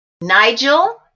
Nigel